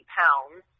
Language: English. pounds